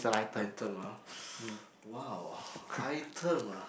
item ah !wow! item ah